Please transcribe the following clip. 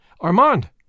Armand